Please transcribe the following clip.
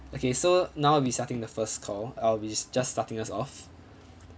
okay so now we starting the first call uh we just starting this off